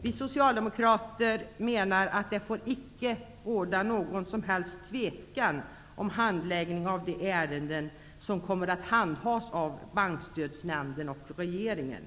Vi socialdemokrater menar att det icke får råda någon som helst tvekan om handläggningen av de ärenden som kommer att handhas av Bankstödsnämnden och regeringen.